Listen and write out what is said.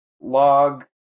log